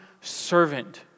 servant